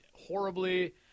horribly